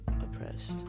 oppressed